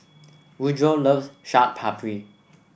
Woodroe loves Chaat Papri